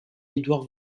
edouard